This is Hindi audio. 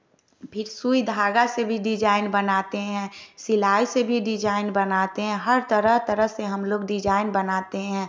फिर सुई धागा से भी डिजाईन बनाते हैं सिलाई से भी डिजाईन बनाते हैं हर तरह तरह से हम लोग डिजाईन बनाते हैं